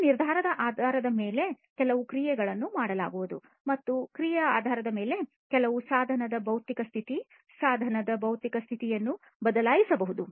ಈ ನಿರ್ಧಾರದ ಆಧಾರದ ಮೇಲೆ ಕೆಲವು ಕ್ರಿಯೆಯನ್ನು ಮಾಡಲಾಗುವುದು ಮತ್ತು ಈ ಕ್ರಿಯೆಯ ಆಧಾರದ ಮೇಲೆ ಕೆಲವು ಸಾಧನದ ಭೌತಿಕ ಸ್ಥಿತಿ ಸಾಧನದ ಭೌತಿಕ ಸ್ಥಿತಿಯನ್ನು ಬದಲಾಯಿಸಲಾಗುವುದು